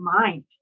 mind